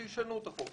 שישנו את החוק.